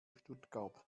stuttgart